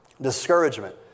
Discouragement